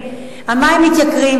המים מתייקרים,